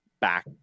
back